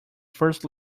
first